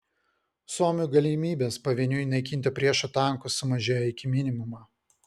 suomių galimybės pavieniui naikinti priešo tankus sumažėjo iki minimumo